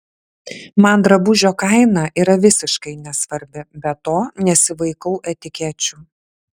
man drabužio kaina yra visiškai nesvarbi be to nesivaikau etikečių